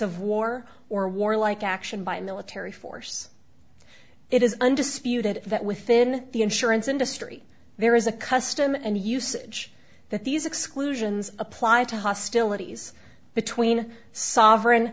of war or warlike action by military force it is undisputed that within the insurance industry there is a custom and usage that these exclusions apply to hostilities between sovereign